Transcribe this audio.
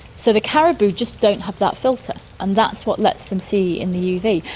so the caribou just don't have that filter, and that's what lets them see in the uv.